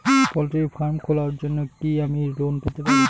Poultry farm খোলার জন্য কি আমি লোন পেতে পারি?